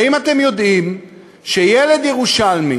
האם אתם יודעים שילד ירושלמי